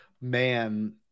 man